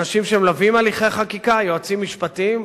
אנשים שמלווים הליכי חקיקה, יועצים משפטיים,